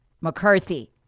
McCarthy